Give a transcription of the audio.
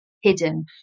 hidden